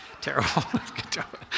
terrible